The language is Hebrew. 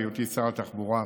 בהיותי שר התחבורה,